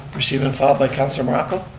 received and filed by councilor morocco.